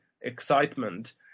excitement